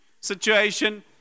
situation